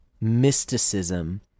mysticism